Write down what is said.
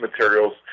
materials